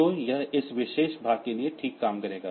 तो यह इस विशेष भाग के लिए ठीक काम करेगा